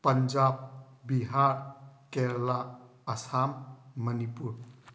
Punjab Bihar Kerala Assam Manipur